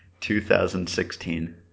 2016